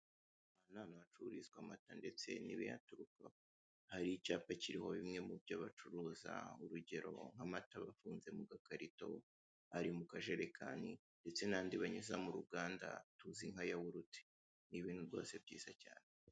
Ahantu hacururizwa amata ndetse n'ibiyaturukaho, hari icyapa kiriho bimwe mubyo bacuruza, urugero nk'amata bafunze mu gakarito, ari mu kajerekani ndetse nandi banyuza mu ruganda atuzi nka yawurute, ni ibintu rwose byiza cyane.